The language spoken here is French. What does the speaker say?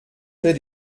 fait